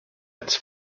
its